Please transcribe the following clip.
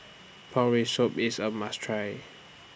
Pork Rib Soup IS A must Try